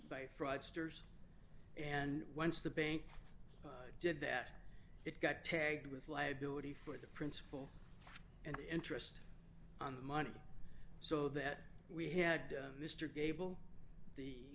by fraudsters and once the bank did that it got tagged with liability for the principal and the interest on the money so that we had mr gable the